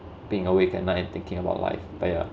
being awake at night and thinking about life but yeah